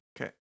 Okay